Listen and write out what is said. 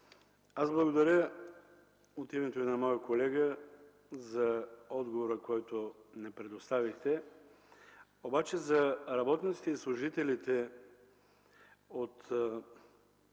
благодаря от името на моя колега за отговора, който ни предоставихте. За работниците и служителите от